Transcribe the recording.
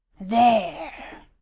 There